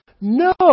No